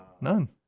None